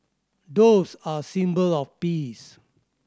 doves are a symbol of peace